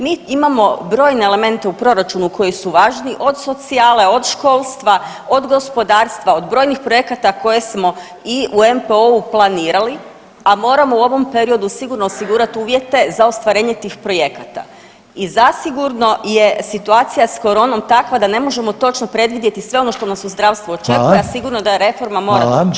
Mi imamo brojne elemente u proračunu koji su važni od socijale, od školstva, od gospodarstva, od brojnih projekata koje smo i u MPO-u planirali, a moramo u ovom periodu sigurno osigurat uvjete za ostvarenje tih projekata i zasigurno je situacija s koronom takva da ne možemo točno predvidjeti sve ono što nas u zdravstvu očekuje, [[Upadica: Hvala.]] a sigurno da je reforma mora proć.